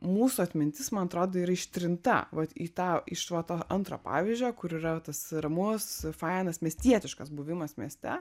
mūsų atmintis man atrodo yra ištrinta vat į tą iš va to antro pavyzdžio kur yra tas ramus fainas miestietiškas buvimas mieste